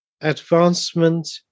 advancement